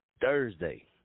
Thursday